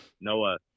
Noah